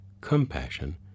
compassion